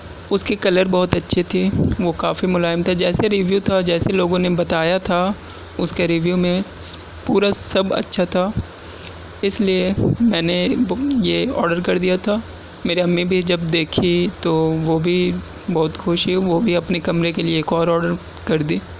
اس کی کلر بہت اچھی تھی وہ کافی ملائم تھا جیسے ریویو تھا جیسے لوگوں نے بتایا تھا اس کے ریویو میں پورا سب اچھا تھا اس لئے میں نے بک یہ آڈر کر دیا تھا میری امی بھی جب دیکھی تو وہ بھی بہت خوش ہوئی وہ بھی اپنے کمرے کے لئے ایک اور آڈر کر دی